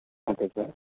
okay sir